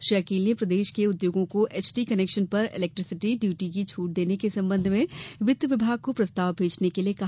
श्री अकील ने प्रदेश के उद्योगों को एचटी कनेक्शन पर इलेक्ट्रिसिटी ड्यूटी की छूट देने के संबंध में वित्त विभाग को प्रस्ताव भेजने के लिये भी कहा